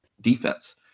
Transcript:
defense